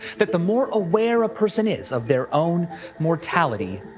that the more aware a person is of their own mortality,